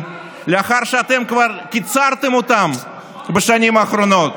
לאחר שאתם כבר קיצרתם אותן בשנים האחרונות?